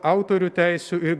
autorių teisių ir